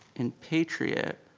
and patriot,